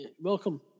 welcome